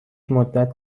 مدت